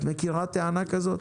את מכירה טענה כזאת?